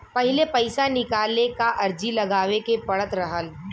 पहिले पइसा निकाले क अर्जी लगावे के पड़त रहल